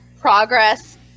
Progress